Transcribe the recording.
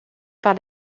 par